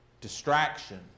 distraction